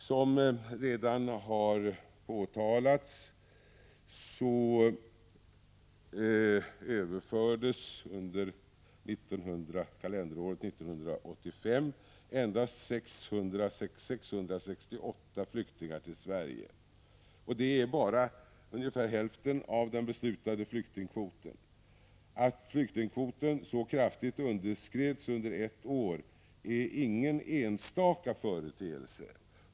Som redan påtalats, överfördes under kalenderåret 1985 endast 668 flyktingar till Sverige. Det är bara ungefär hälften av den beslutade flyktingkvoten. Att flyktingkvoten så kraftigt underskrids under ett år är ingen enstaka företeelse.